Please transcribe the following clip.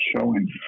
showing